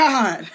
God